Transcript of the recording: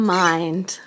mind